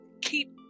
keep